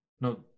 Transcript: No